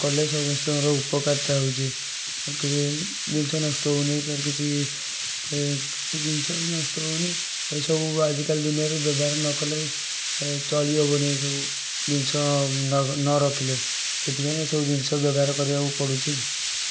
କଲେ ସମସ୍ତଙ୍କର ଉପକାରିତା ହେଉଛି କିଛି ଜିନିଷ ନଷ୍ଟ ହେଉନି କାହାର କିଛି କିଛି ଜିନିଷ ବି ନଷ୍ଟ ହେଉନି ଏସବୁ ଆଜି କାଲି ଦୁନିଆରେ ବ୍ୟବହାର ନ କଲେ ଚଳି ହେବନି ସବୁ ଜିନିଷ ନ ରଖିଲେ ସେଥିପାଇଁ ଏସବୁ ଜିନିଷ ବ୍ୟବହାର କରିବାକୁ ପଡ଼ୁଛି